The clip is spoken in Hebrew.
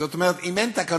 זאת אומרת, אם אין תקנות